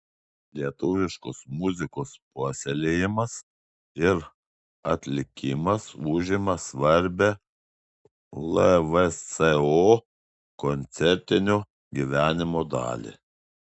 lietuviškos muzikos puoselėjimas ir atlikimas užima svarbią lvso koncertinio gyvenimo dalį